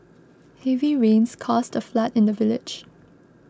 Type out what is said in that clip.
heavy rains caused a flood in the village